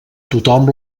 tothom